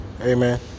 Amen